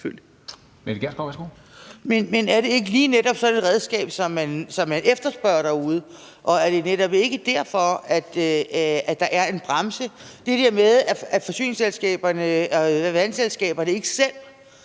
er det ikke lige netop sådan et redskab, som man efterspørger derude, og er det ikke netop derfor, at der er en bremse, altså det der med at forsyningsselskaberne eller vandselskaberne ikke selv